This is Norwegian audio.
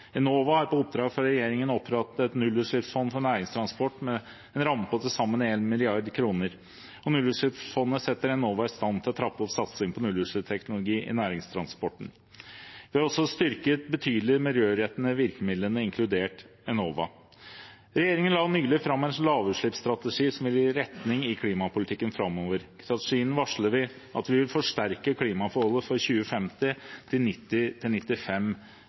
Enova har på oppdrag fra regjeringen opprettet et nullutslippsfond for næringstransport med en ramme på til sammen 1 mrd. kr. Nullutslippsfondet setter Enova i stand til å trappe opp satsing på nullutslippsteknologi i næringstransporten. Vi har også styrket betydelig de miljørettede virkemidlene, inkludert Enova. Regjeringen la nylig fram en lavutslippsstrategi som vil gi retning i klimapolitikken framover. I strategien varsler vi at vi vil forsterke klimamålet for 2050 til